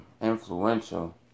influential